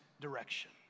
direction